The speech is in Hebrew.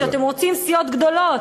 אתם רוצים סיעות גדולות.